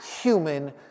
human